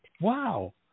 Wow